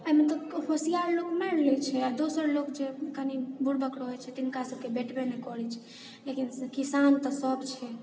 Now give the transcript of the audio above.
एहिमे तऽ होशियार लोक मारि लै छै आ दोसर लोक जे कनी बूरबक रहैत छै तिनका सबके भेटबे नहि करैत छै लेकिन किसान तऽ सब छै